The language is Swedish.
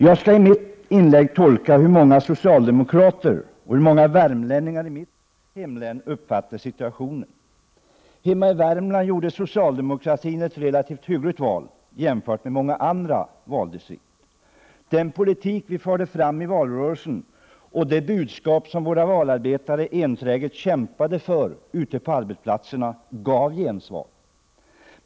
Jag skall i mitt inlägg tolka hur många i mitt hemlän, bl.a. socialdemokrater, uppfattar situationen. Hemma i Värmland gjorde socialdemokratin ett relativt hyggligt val, jämfört med i många andra valdistrikt. Den politik vi förde fram i valrörelsen och det budskap som våra valarbetare enträget kämpade för ute på arbetsplatserna gav gensvar.